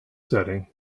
setting